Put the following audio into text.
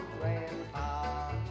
grandpa